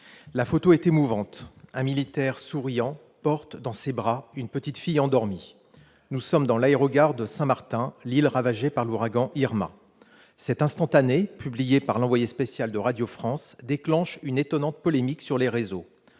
la photo est émouvante : un militaire souriant porte dans ses bras une petite fille endormie. Nous sommes dans l'aérogare de Saint-Martin, l'île ravagée par l'ouragan Irma. Cet instantané, publié par l'envoyé spécial de Radio France, a déclenché une étonnante polémique sur les réseaux